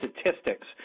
Statistics